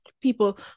people